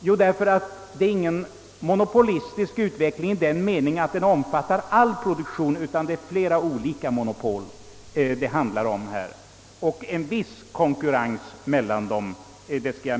Jo, därför att det inte är fråga om någon monopolistisk utveckling som omfattar all produktion utan därför att det gäller flera olika monopol. Jag kan medge att det finns en viss konkurrens mellan dem.